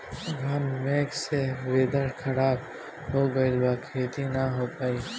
घन मेघ से वेदर ख़राब हो गइल बा खेती न हो पाई